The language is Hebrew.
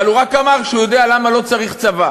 אבל הוא רק אמר שהוא יודע למה לא צריך צבא